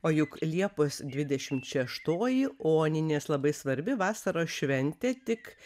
o juk liepos dvidešimt šeštoji oninės labai svarbi vasaros šventė tik